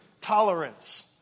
tolerance